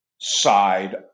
side